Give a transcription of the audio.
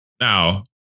Now